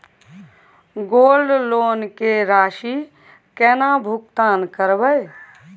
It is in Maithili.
गोल्ड लोन के राशि केना भुगतान करबै?